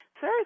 Sir